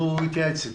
אז הוא התייעץ איתו.